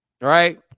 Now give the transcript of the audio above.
Right